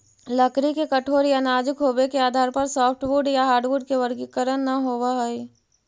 लकड़ी के कठोर या नाजुक होबे के आधार पर सॉफ्टवुड या हार्डवुड के वर्गीकरण न होवऽ हई